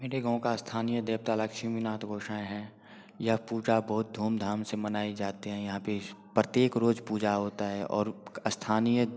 मेरे गाँव का स्थानीय देवता लक्ष्मी नाथ गोसाईं हैं यह पूजा बहुत धूमधाम से मनाई जाते हैं यहाँ पर प्रत्येक रोज़ पूजा होता है और स्थानीय